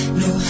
no